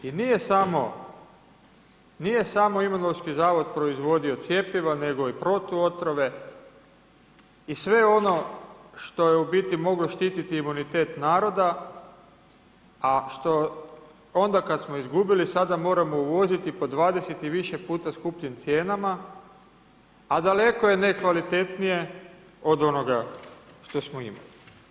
I nije samo Imunološki zavod proizvodio cjepiva, nego i protuotrove i sve ono što je u biti moglo štiti imunitet naroda, a što onda kada smo izgubili, sada moramo uvoziti po 20 i više puta skupljim cijenama, a daleko je nekvalitetnije od onoga što smo imali.